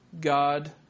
God